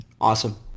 Awesome